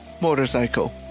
motorcycle